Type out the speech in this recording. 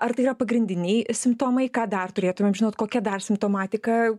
ar tai yra pagrindiniai simptomai ką dar turėtumėm žinot kokia dar simptomatika